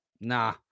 nah